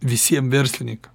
visiem verslinikam